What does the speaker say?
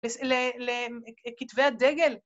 לכתבי הדגל